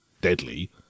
deadly